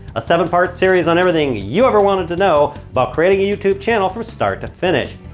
a seven part series on everything you ever wanted to know about creating a youtube channel, from start to finish.